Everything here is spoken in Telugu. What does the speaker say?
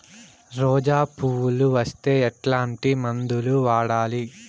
రోజా పువ్వులు వస్తే ఎట్లాంటి మందులు వాడాలి?